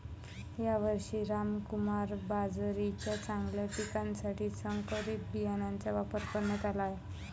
यावर्षी रामकुमार बाजरीच्या चांगल्या पिकासाठी संकरित बियाणांचा वापर करण्यात आला आहे